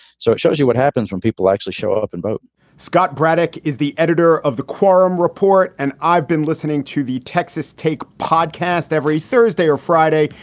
so it shows you what happens when people actually show up and vote scott braddock is the editor of the quorum report. and i've been listening to the texas take podcast every thursday or friday.